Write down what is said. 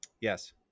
Yes